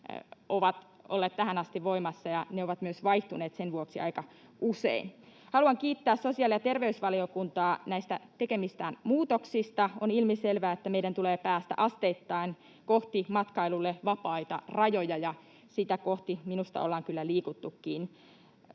ovat olleet tähän asti voimassa ja ne ovat myös vaihtuneet sen vuoksi aika usein. Haluan kiittää sosiaali- ja terveysvaliokuntaa näistä sen tekemistä muutoksista. On ilmiselvää, että meidän tulee päästä asteittain kohti matkailulle vapaita rajoja, ja sitä kohti minusta ollaan kyllä liikuttukin,